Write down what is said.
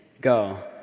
Go